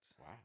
Wow